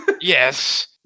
Yes